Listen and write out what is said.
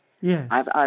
Yes